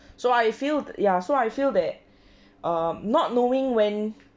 so I feel ya so I feel that um not knowing when